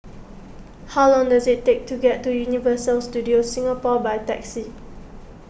how long does it take to get to Universal Studios Singapore by taxi